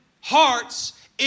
hearts